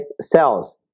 cells